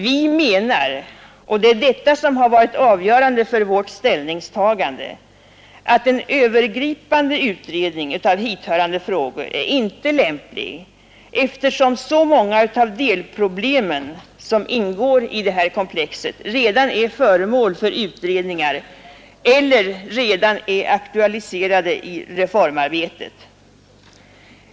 Vi menar — och det har varit avgörande för vårt ställningstagande — att en övergripande utredning av hithörande frågor inte är lämplig eftersom så många av de delproblem som ingår i komplexet redan är föremål för utredningar eller aktualiserats i reformarbetet.